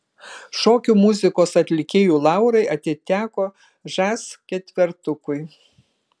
šokių muzikos atlikėjų laurai atiteko žas ketvertukui